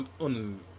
On